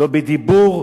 לא בדיבור,